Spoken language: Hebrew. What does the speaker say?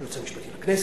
היועץ המשפטי לכנסת,